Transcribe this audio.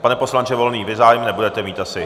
Pane poslanče Volný, vy zájem nebudete mít asi.